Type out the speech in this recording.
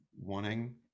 wanting